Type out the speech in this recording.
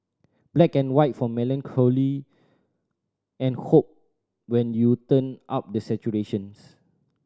black and white for melancholy and hope when you turn up the saturations